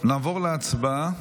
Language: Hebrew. נעבור להצבעה.